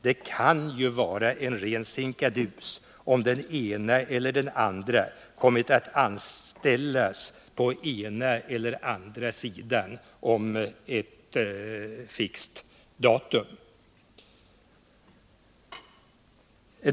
Det kan ju vara en ren sinkadus om olika personer kommit att anställas på ena eller andra sidan om ett fixt datum.